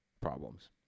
problems